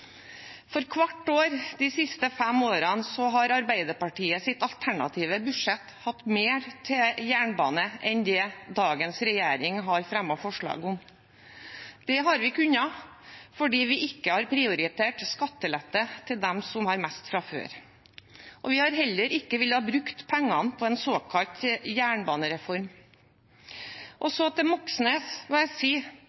Hvert år de siste fem årene har Arbeiderpartiets alternative budsjett hatt mer til jernbane enn det dagens regjering har fremmet forslag om. Det har vi kunnet ha fordi vi ikke har prioritert skattelette til dem som har mest fra før. Vi har heller ikke villet bruke pengene på en såkalt jernbanereform. Og